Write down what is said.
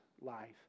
life